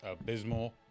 abysmal